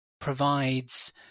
provides